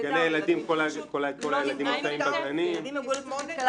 ילדים עם חירשות.